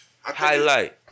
highlight